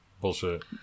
bullshit